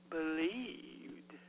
Believed